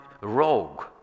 rogue